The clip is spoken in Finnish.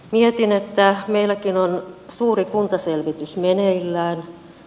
mietin että meilläkin on suuri kuntaselvitys meneillään